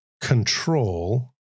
control